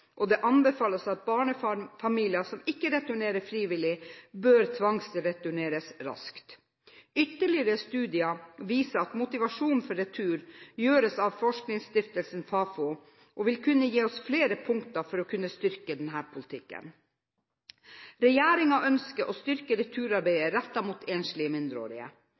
og det anbefales at barnefamilier som ikke returnerer frivillig, bør tvangsreturneres raskt. Ytterligere studier av motivasjon for retur gjøres av forskningsstiftelsen Fafo og vil kunne gi oss flere punkter for å styrke denne politikken. Regjeringen ønsker å styrke returarbeidet rettet mot enslige mindreårige.